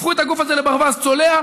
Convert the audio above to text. הפכו את הגוף הזה לברווז צולע,